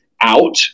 out